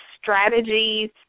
strategies